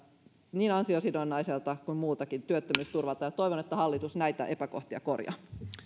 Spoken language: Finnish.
niin ansiosidonnaiselta kuin muultakin työttömyysturvalta ja toivon että hallitus näitä epäkohtia korjaa